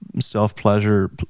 self-pleasure